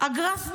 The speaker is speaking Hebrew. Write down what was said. הגרף בעלייה.